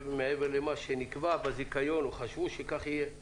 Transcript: מעבר למה שנקבע בזיכיון או חשבו שכך יהיה.